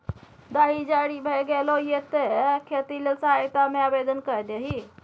दाही जारी भए गेलौ ये तें खेती लेल सहायता मे आवदेन कए दही